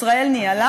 ישראל ניהלה,